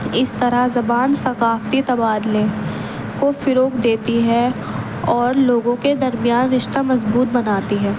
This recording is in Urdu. اس طرح زبان ثقافتی تبادلے کو فروغ دیتی ہے اور لوگوں کے درمیان رشتہ مضبوط بناتی ہے